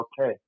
okay